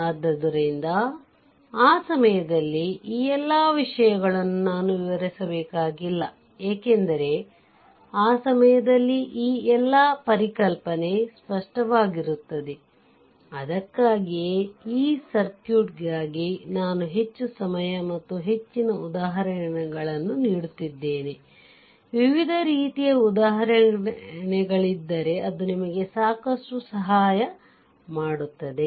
ಆದ್ದರಿಂದ ಆ ಸಮಯದಲ್ಲಿ ಈ ಎಲ್ಲ ವಿಷಯಗಳನ್ನು ನಾನು ವಿವರಿಸಬೇಕಾಗಿಲ್ಲ ಏಕೆಂದರೆ ಆ ಸಮಯದಲ್ಲಿ ಈ ಎಲ್ಲಾ ಪರಿಕಲ್ಪನೆ ಸ್ಪಷ್ಟವಾಗಿರುತ್ತದೆ ಅದಕ್ಕಾಗಿಯೇ ಈ ಸರ್ಕ್ಯೂಟ್ಗಾಗಿ ನಾನು ಹೆಚ್ಚು ಸಮಯ ಮತ್ತು ಹೆಚ್ಚಿನ ಉದಾಹರಣೆಗಳನ್ನು ನೀಡುತ್ತಿದ್ದೇನೆ ವಿವಿಧ ರೀತಿಯ ಉದಾಹರಣೆಗಳಿದ್ದರೆ ಅದು ನಿಮಗೆ ಸಾಕಷ್ಟು ಸಹಾಯ ಮಾಡುತ್ತದೆ